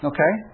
Okay